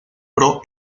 pro